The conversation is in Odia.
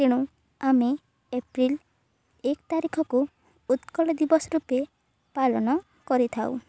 ତେଣୁ ଆମେ ଏପ୍ରିଲ ଏକ ତାରିଖକୁ ଉତ୍କଳ ଦିବସ ରୂପେ ପାଳନ କରିଥାଉ